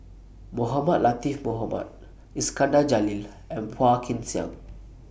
Mohamed Latiff Mohamed Iskandar Jalil and Phua Kin Siang